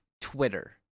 Twitter